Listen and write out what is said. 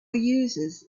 users